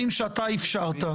שהיא בלתי נתפסת.